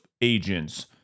agents